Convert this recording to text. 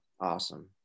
awesome